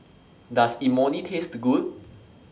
Does Imoni Taste Good